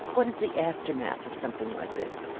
what is the aftermath of something like this?